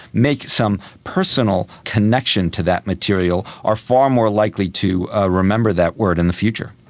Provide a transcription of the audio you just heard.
make some personal connection to that material, are far more likely to ah remember that word in the future.